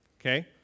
Okay